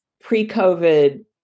pre-covid